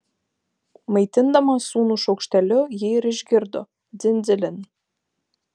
maitindama sūnų šaukšteliu ji ir išgirdo dzin dzilin